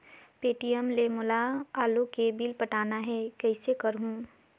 Paytm ले मोला आलू के बिल पटाना हे, कइसे करहुँ?